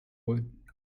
wood